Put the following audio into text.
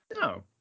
No